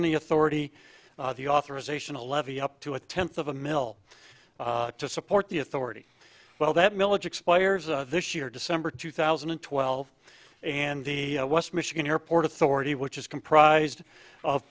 any authority the authorization to levy up to a tenth of a mil to support the authority well that milage expires this year december two thousand and twelve and the west michigan airport authority which is comprised of